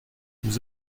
vous